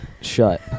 shut